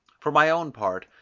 for my own part,